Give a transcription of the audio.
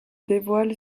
dévoile